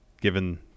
given